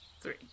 Three